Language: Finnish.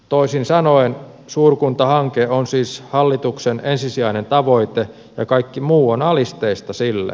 toisin sanoen suurkuntahanke on siis hallituksen ensisijainen tavoite ja kaikki muu on alisteista sille